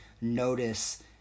notice